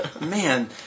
Man